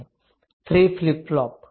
3 flip pop